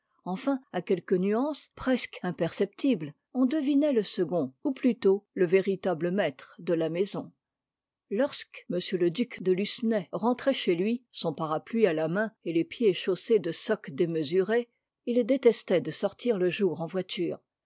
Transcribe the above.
enfin à quelques nuances presque imperceptibles on devinait le second ou plutôt le véritable maître de la maison lorsque m le duc de lucenay rentrait chez lui son parapluie à la main et les pieds chaussés de socques démesurés il détestait de sortir le jour en voiture